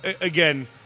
again